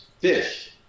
fish